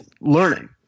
learning